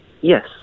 Yes